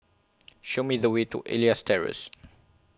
Show Me The Way to Elias Terrace